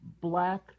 black